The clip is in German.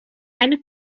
eine